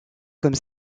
comme